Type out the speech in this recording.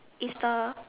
is the